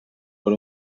per